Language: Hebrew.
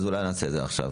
אז אולי נעשה את זה עכשיו.